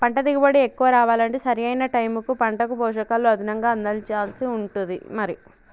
పంట దిగుబడి ఎక్కువ రావాలంటే సరి అయిన టైముకు పంటకు పోషకాలు అదనంగా అందించాల్సి ఉంటది మరి